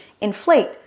inflate